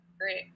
great